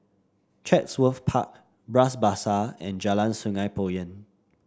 Chatsworth Park Bras Basah and Jalan Sungei Poyan